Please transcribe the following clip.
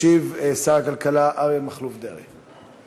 ישיב שר הכלכלה אריה מכלוף דרעי.